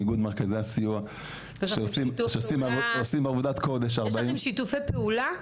באיגוד מרכזי הסיוע שעושים עבודת קודש --- יש לכם שיתופי פעולה?